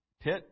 pit